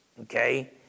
okay